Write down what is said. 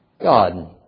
God